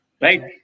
Right